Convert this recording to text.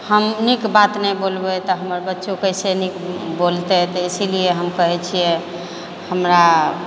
हम नीक बात नहि बोलबै तऽ हमर बच्चो कैसे नीक बोलतै तऽ इसीलिये हम कहै छियै हमरा